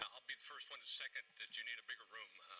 um be the first one to second that you need a bigger room.